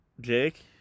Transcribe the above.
Jake